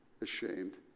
ashamed